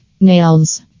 nails